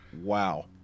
Wow